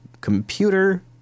computer